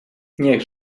niech